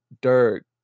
Dirk